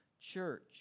church